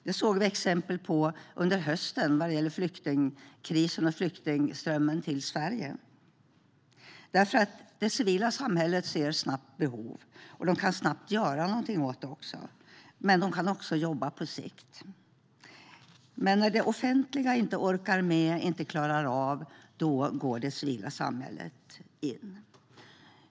Det såg vi exempel på under hösten vad gäller flyktingkrisen och flyktingströmmen till Sverige. Det civila samhället ser nämligen snabbt behov och kan snabbt göra något åt det, men det kan också jobba på sikt. När det offentliga inte orkar med och inte klarar av, då går det civila samhället in.